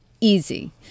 easy